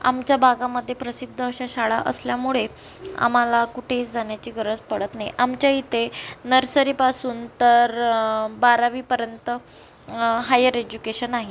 आमच्या भागामध्ये प्रसिद्ध अशा शाळा असल्यामुळे आम्हाला कुठेही जाण्याची गरज पडत नाही आमच्याइथे नर्सरीपासून तर बारावीपर्यंत हायर एज्युकेशन आहे